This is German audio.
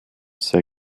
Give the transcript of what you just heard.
sei